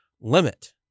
limit